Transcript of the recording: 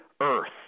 earth